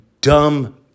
dumb